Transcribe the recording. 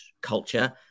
culture